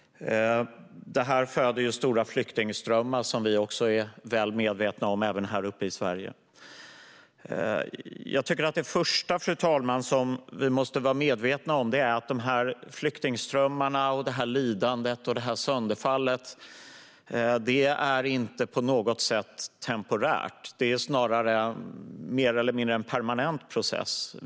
Detta föder stora flyktingströmmar, vilket vi är väl medvetna om även här uppe i Sverige. Det första vi måste vara medvetna om är att flyktingströmmarna, lidandet och sönderfallet inte på något sätt är temporärt. Snarare är det en mer eller mindre permanent process.